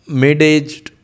mid-aged